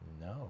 No